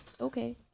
Okay